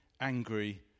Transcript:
angry